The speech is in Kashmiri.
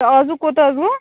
تہٕ آزُک کوتاہ حظ گوٚو